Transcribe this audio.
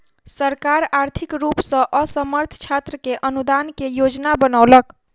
सरकार आर्थिक रूप सॅ असमर्थ छात्र के अनुदान के योजना बनौलक